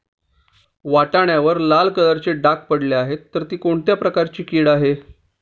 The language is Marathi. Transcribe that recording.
वाटाण्यावर लाल कलरचे डाग पडले आहे तर ती कोणती कीड आहे?